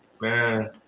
Man